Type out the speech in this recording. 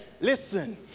Listen